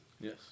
Yes